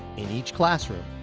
in each classroom,